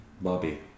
Bobby